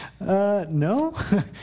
No